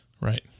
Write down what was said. Right